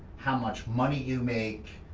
how much money you make,